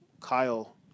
Kyle